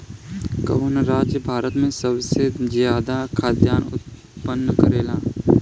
कवन राज्य भारत में सबसे ज्यादा खाद्यान उत्पन्न करेला?